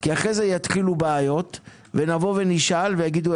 כי אחרי זה יתחילו בעיות ונבוא ונשאל ויגידו,